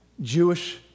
Jewish